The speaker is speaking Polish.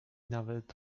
nawet